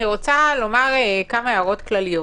אני רוצה לומר כמה הערות כלליות.